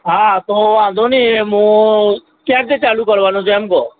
હા તો વાંધો નહીં એ હું ક્યારથી ચાલું કરવાનું છે એમ કહો